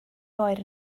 oer